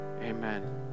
Amen